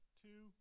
two